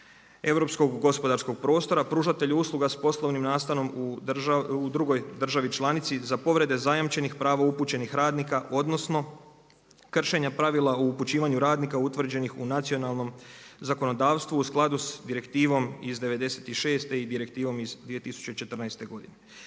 europskog gospodarskog prostora, pružatelji usluga s poslovnim nastanom u drugoj državi članici za povrede zajamčenih prava upućenih radnika, odnosno kršenja pravila o upućivanju radnika utvrđenih u nacionalnom zakonodavstvu u skladu s direktivom iz '96. i direktivom iz 2014. godine.